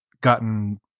gotten